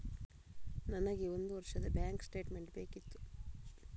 ನನಗೆ ಒಂದು ವರ್ಷದ ಬ್ಯಾಂಕ್ ಸ್ಟೇಟ್ಮೆಂಟ್ ಬೇಕಿತ್ತು